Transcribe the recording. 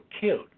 killed